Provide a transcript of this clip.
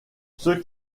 ceux